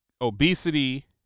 obesity